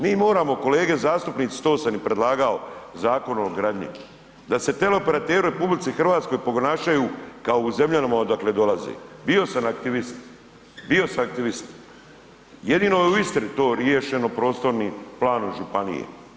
Mi moramo kolege zastupnici, to sam i predlagao Zakon o gradnji, da se teleoperateri u RH ponašaju kao u zemljama odakle dolaze, bio sam aktivist, bio sam aktivist, jedino je u Istri to riješeno prostornim planom županije.